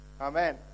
Amen